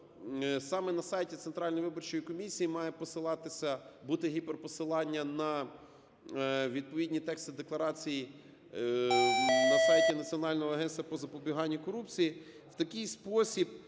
саме на сайті Центральної виборчої комісії має посилатися… бути гіперпосилання на відповідні тексти декларацій на сайті Національного агентства по запобіганню корупції,